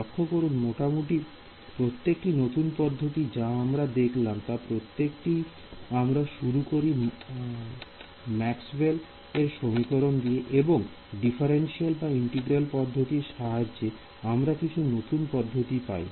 লক্ষ্য করুন মোটামুটি প্রত্যেকটি নতুন পদ্ধতি যা আমরা দেখলাম তা প্রত্যেকটি আমরা শুরু করি ম্যাক্স ওয়েল এর সমীকরণ maxwell's equation দিয়ে এবং ডিফারেন্সিয়াল বা ইন্টিগ্রাল পদ্ধতির সাহায্যে আমরা কিছু নতুন পদ্ধতি পাই